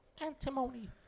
antimony